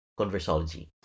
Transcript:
conversology